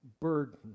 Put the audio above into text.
burden